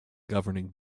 governing